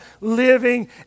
living